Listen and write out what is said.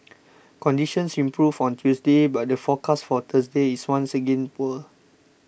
conditions improved on Tuesday but the forecast for Thursday is once again poor